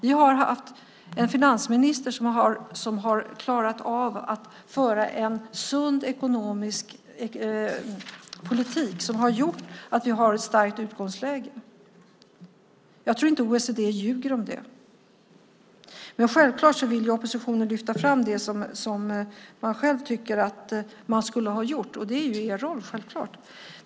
Vi har en finansminister som klarar av att föra en sund ekonomisk politik som gör att vi har ett starkt utgångsläge. Jag tror inte att OECD ljuger om det. Självklart vill oppositionen lyfta fram det som man tycker att man själv skulle ha gjort. Det är er roll.